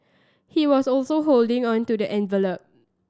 he was also holding on to the envelop